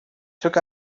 took